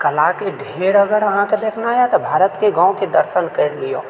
कलाके ढेर अगर अहाँकेँ देखना यऽ तऽ भारतके गाँवके दर्शन करि लिअऽ